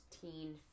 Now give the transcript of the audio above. teen